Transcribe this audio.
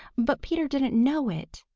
but peter didn't know it,